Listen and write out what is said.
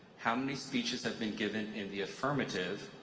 how many speeches have been given in the affirmative,